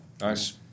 Nice